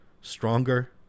stronger